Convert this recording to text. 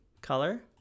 color